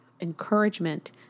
encouragement